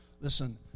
Listen